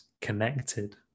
connected